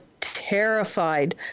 terrified